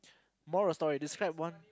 moral of story describe one